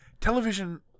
television